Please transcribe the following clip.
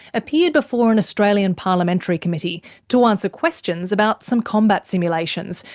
appeared before an australian parliamentary committee to answer questions about some combat simulations,